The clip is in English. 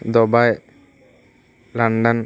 Dubai London